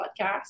podcast